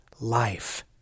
life